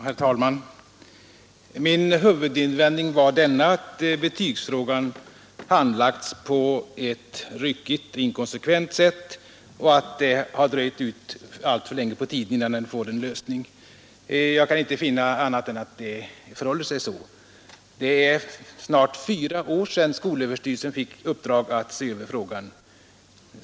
Herr talman! Min huvudinvändning var den att betygsfrågan handlagts på ett ryckigt och inkonsekvent sätt och att det har dragit ut alltför länge på tiden innan den får en lösning. Jag kan inte finna annat än att det förhåller sig så. Det är snart fyra år sedan skolöverstyrelsen fick uppdraget att se över frågan.